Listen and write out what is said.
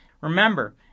Remember